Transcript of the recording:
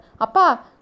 apa